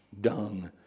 dung